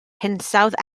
hinsawdd